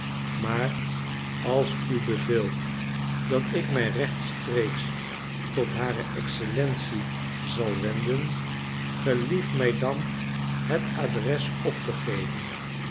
maar als u beveelt dat ik mij rechtstreeks tot haar excellentie zal wenden gelief mij dan het adres op te geven